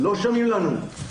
לא שומעים לנו.